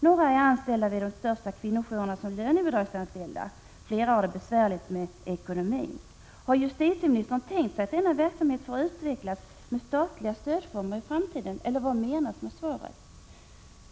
Några är anställda vid de största kvinnojourerna som lönebidragsanställda. Flera har det besvärligt med ekonomin. Har justitieministern tänkt sig att denna verksamhet får utvecklas med statliga stödformer i framtiden, eller vad menas med svaret?